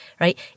right